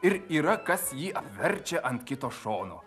ir yra kas jį verčia ant kito šono